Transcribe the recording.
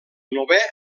novè